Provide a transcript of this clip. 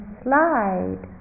slide